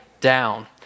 down